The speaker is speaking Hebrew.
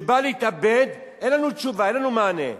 שבא להתאבד, אין לנו תשובה, אין לנו מענה.